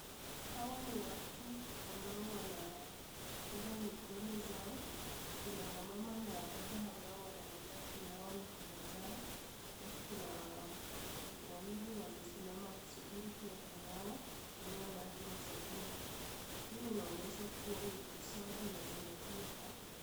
Hawa ni watu ambao wanaoga mikono zao. Kuna mama na baba ambao wanaendelea kunawa mikono zao, alafu kuna wawili wamesimama wakisuburi pia kunawa kutumia maji na sabuni. Huu unaonyesha kuwa usafi unazingatiwa hapa.